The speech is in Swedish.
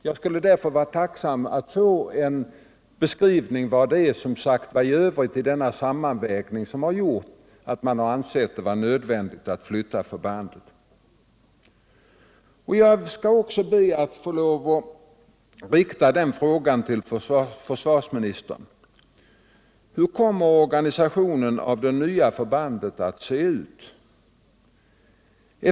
Jag skulle därför vara tacksam för att få en beskrivning av vad det i övrigt är i denna sammanvägning som gjort att man ansett det nödvändigt att flytta förbandet. Jag skall be att få rikta också följande fråga till försvarsministern: Hur kommer organisationen av det nya förbandet att se ut?